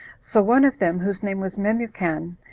so one of them, whose name was memucan,